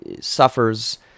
suffers